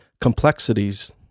complexities